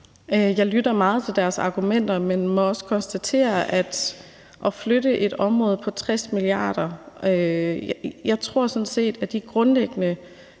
Jeg lytter meget til deres argumenter, men det handler om at flytte et område på 60 mia. kr. Jeg tror sådan set, at de grundlæggende